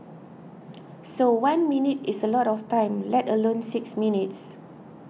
so one minute is a lot of time let alone six minutes